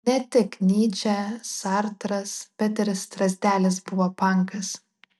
ne tik nyčė sartras bet ir strazdelis buvo pankas